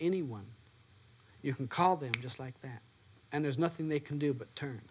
anyone you can call them just like that and there's nothing they can do but t